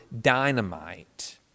dynamite